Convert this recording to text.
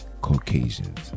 caucasians